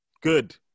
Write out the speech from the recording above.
good